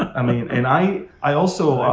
i mean, and i i also,